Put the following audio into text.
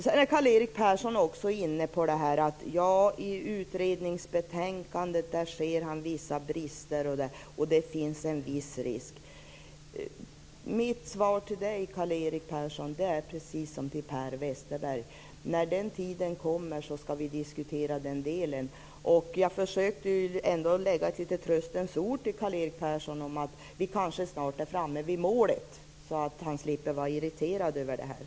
Sedan säger Karl-Erik Persson att han ser vissa brister i utredningsbetänkandena, att det kan finnas en viss risk etc. Mitt svar till Karl-Erik Persson är precis det jag gav till Per Westerberg: När den tiden kommer skall vi diskutera den delen. Jag försökte ändå lägga ett litet tröstens ord till Karl-Erik Persson om att vi kanske snart är framme vi målet, så att han slipper vara irriterad över det här.